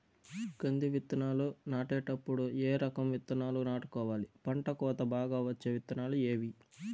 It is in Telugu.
కంది విత్తనాలు నాటేటప్పుడు ఏ రకం విత్తనాలు నాటుకోవాలి, పంట కోత బాగా వచ్చే విత్తనాలు ఏవీ?